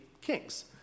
kings